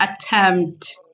attempt